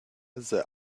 the